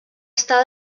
estar